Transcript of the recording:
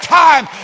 time